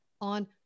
on